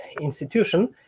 institution